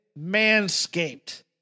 Manscaped